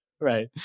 Right